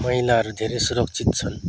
महिलाहरू धेरै सुरक्षित छन्